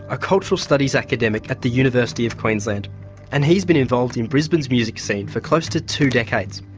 a cultural studies academic at the university of queensland and he's been involved in brisbane's music scene for close to two decades.